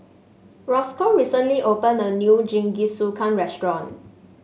Rosco recently opened a new Jingisukan restaurant